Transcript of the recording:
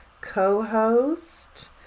co-host